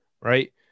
right